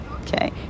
okay